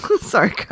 sorry